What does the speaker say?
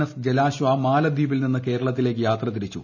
S Jalashwa മാലദ്വീപിൽ നിന്ന് കേരളത്തിലേക്ക് യാത്ര തിരിച്ചു